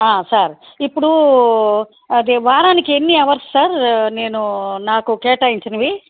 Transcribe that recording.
sir ఇప్పుడూ అదే వారానికి ఎన్ని అవర్సు సార్ నేను నాకు కేటాయించినవి